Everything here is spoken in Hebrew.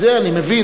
את זה אני מבין.